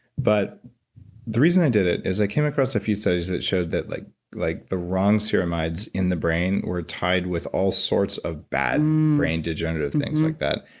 but the reason i did it is i came across a few studies that showed that like like the wrong ceramides in the brain were tied with all sorts of bad brain degenerative things like that,